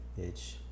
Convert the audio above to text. bitch